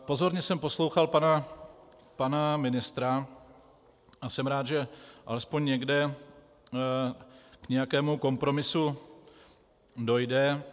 Pozorně jsem poslouchal pana ministra a jsem rád, že alespoň někde k nějakému kompromisu dojde.